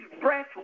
breath